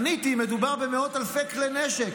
עניתי: מדובר במאות אלפי כלי נשק,